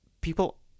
people